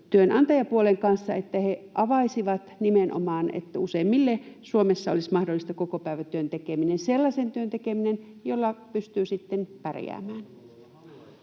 työnantajapuolen kanssa, että he avaisivat nimenomaan, että useammille Suomessa olisi mahdollista kokopäivätyön tekeminen, sellaisen työn tekeminen, jolla pystyy sitten pärjäämään.